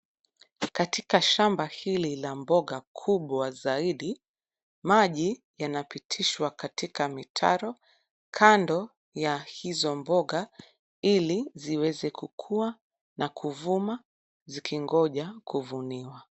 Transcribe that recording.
Katika shamba hili la mboga kubwa zaidi maji yanapitishwa katika mitaro kando ya hizo mboga ili ziweze kukua na kuvuma zikingoja kuvuniwa.